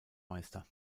meister